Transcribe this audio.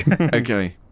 Okay